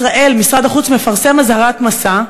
ישראל, משרד החוץ מפרסם אזהרת מסע,